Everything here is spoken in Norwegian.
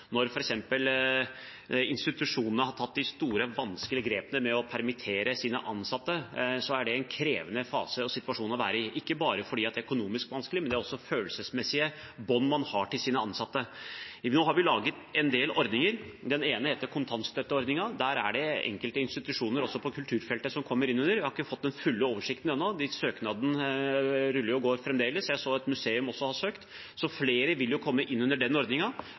Når f.eks. institusjonene har tatt de store, vanskelige grepene med å permittere sine ansatte, er det en krevende fase og situasjon å være i – ikke bare fordi det er økonomisk vanskelig, man har også følelsesmessige bånd til sine ansatte. Nå har vi laget en del ordninger. Den ene heter kontantstøtteordningen. Den er det enkelte institusjoner også på kulturfeltet som kommer inn under – jeg har ikke fått den fulle oversikten ennå. Søknadene ruller og går fremdeles. Jeg så at et museum også har søkt. Så flere vil komme inn under den ordningen. Andre vil komme inn under den